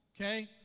okay